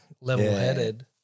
level-headed